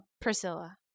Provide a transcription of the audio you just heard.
Priscilla